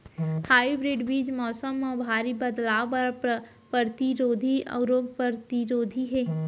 hybrid बीज मौसम मा भारी बदलाव बर परतिरोधी अऊ रोग परतिरोधी हे